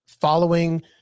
following